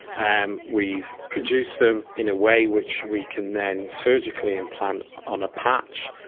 and we've produced them in a way which we can then surgically implant on a patch.